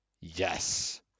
Yes